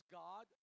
god